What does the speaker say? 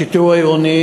השיטור העירוני